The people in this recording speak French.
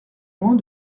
moins